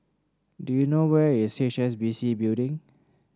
do you know where is H S B C Building